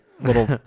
little